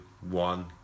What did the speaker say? one